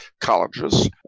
colleges